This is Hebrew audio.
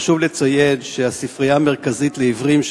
חשוב לציין שהספרייה המרכזית לעיוורים,